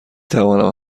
توانم